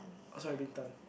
oh sorry Bintan